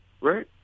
right